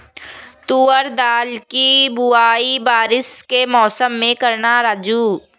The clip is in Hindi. तुवर दाल की बुआई बारिश के मौसम में करना राजू